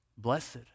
Blessed